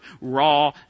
raw